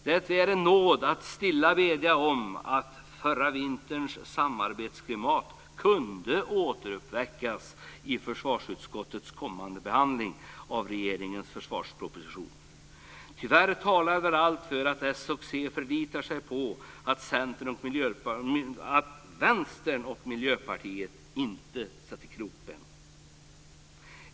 Det är en nåd att stilla bedja om att förra vinterns samarbetsklimat kunde återuppväckas i försvarsutskottets kommande behandling av regeringens försvarsproposition. Tyvärr talar väl allt för att Socialdemokraterna och Centern förlitar sig på att Vänstern och Miljöpartiet inte sätter krokben.